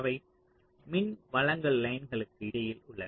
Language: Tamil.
அவை மின்வழங்கல் லைன்களுக்கு இடையில் உள்ளன